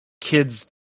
kids